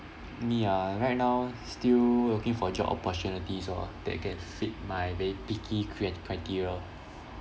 me ah right now still looking for job opportunities orh that can fit my very picky cri~ criteria